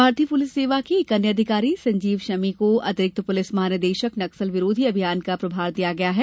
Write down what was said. भारतीय प्रलिस सेवा के एक अन्य अधिकारी संजीव शमी को अतिरिक्त पुलिस महानिदेशक नक्सल विरोधी अभियान का प्रभार दिया गया है